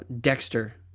Dexter